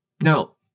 Now